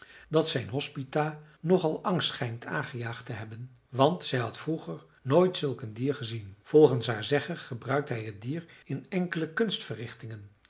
dat zijn hospita nog al angst schijnt aangejaagd te hebben want zij had vroeger nooit zulk een dier gezien volgens haar zeggen gebruikt hij het dier in enkele